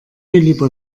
lieber